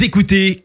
Écoutez